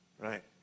right